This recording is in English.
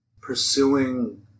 pursuing